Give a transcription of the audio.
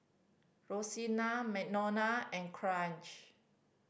Rosena Madonna and Kraig